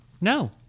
no